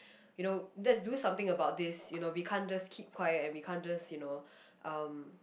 you know let's do something about this you know we can't just keep quiet and we can't just you know um